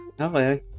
okay